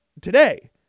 today